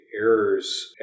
errors